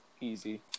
easy